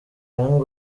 young